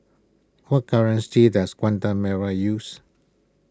what currency does Guatemala use